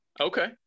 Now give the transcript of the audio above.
Okay